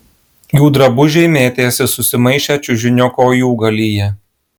jų drabužiai mėtėsi susimaišę čiužinio kojūgalyje